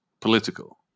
political